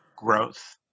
Growth